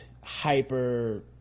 hyper